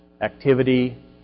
activity